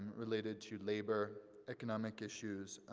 related to labor, economic issues,